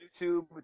YouTube